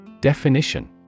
Definition